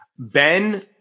Ben